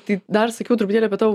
tai dar sakiau truputėlį apie tavo